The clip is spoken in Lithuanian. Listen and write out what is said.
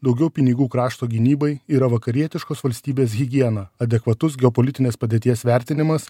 daugiau pinigų krašto gynybai yra vakarietiškos valstybės higiena adekvatus geopolitinės padėties vertinimas